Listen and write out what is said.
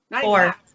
four